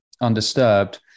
undisturbed